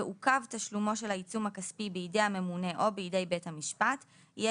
ועוכב תשלומו של העיצום הכספי בידי הממונה או בידי בית המשפט יהיה